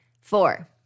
Four